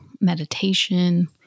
meditation